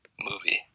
movie